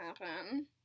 happen